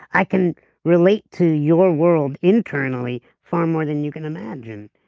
i can relate to your world internally far more than you can imagine.